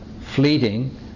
fleeting